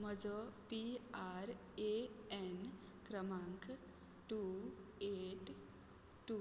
म्हजो P R A N क्रमांक two eight two